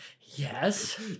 Yes